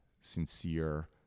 sincere